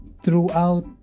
throughout